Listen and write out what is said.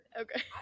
Okay